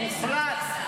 הובל אותנו בעוצמתך,